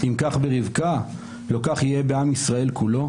אם כך ברבקה, לא כך יהיה בעם ישראל כולו?